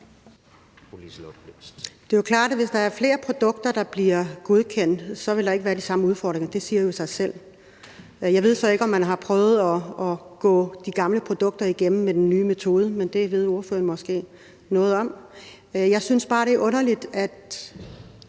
Det er jo klart, at hvis der er flere produkter, der bliver godkendt, vil der ikke være de samme udfordringer – det siger sig selv. Jeg ved så ikke, om man har prøvet at gå de gamle produkter igennem med den nye metode, men det ved spørgeren måske noget om. Jeg synes bare, det er underligt, at